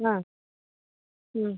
ആ